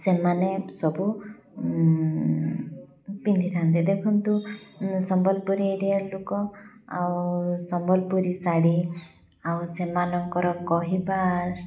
ସେମାନେ ସବୁ ପିନ୍ଧିଥାନ୍ତି ଦେଖନ୍ତୁ ସମ୍ବଲପୁରୀ ଏରିଆର ଲୋକ ଆଉ ସମ୍ବଲପୁରୀ ଶାଢ଼ୀ ଆଉ ସେମାନଙ୍କର କହିବା